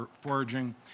foraging